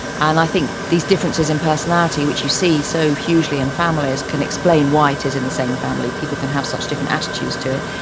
and i think these differences in personality which you see so hugely in families can explain why it is in the same family people can have such different attitudes to it,